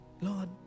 Lord